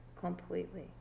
completely